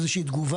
איזו שהיא תגובה,